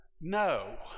No